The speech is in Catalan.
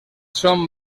són